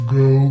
go